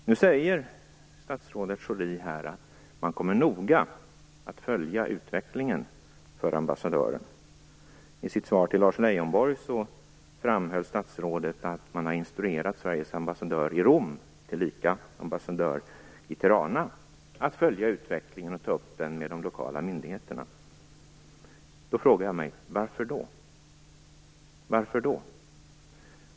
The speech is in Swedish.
Nu säger statsrådet Schori att man noga kommer att följa utvecklingen för ambassadören. I sitt svar till Lars Leijonborg framhöll statsrådet att man har instruerat Sveriges ambassadör i Rom, tillika ambassadör i Tirana, att följa utvecklingen och ta upp den med de lokala myndigheterna. Då frågar jag mig: Varför då?